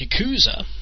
Yakuza